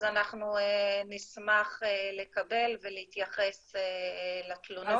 אנחנו נשמח לקבל ולהתייחס לתלונות.